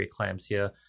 preeclampsia